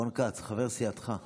רון כץ, חבר סיעתך.